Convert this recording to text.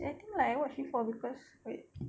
I think like watch before cause like